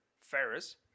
Ferris